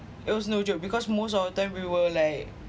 it was no joke because most of the time we were like